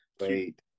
Wait